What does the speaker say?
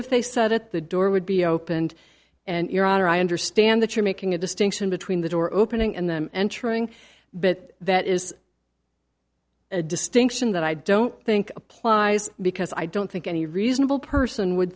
if they said it the door would be opened and your honor i understand that you're making a distinction between the door opening and them entering but that is a distinction that i don't think applies because i don't think any reasonable person would